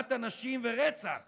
העלמת אנשים ורצח